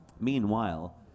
Meanwhile